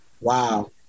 Wow